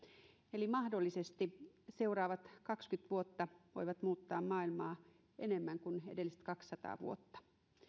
eli mahdollisesti seuraavat kaksikymmentä vuotta voivat muuttaa maailmaa enemmän kuin edelliset kaksisataa vuotta